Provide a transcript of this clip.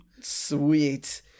Sweet